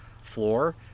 floor